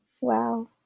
wow